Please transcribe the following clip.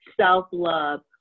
self-love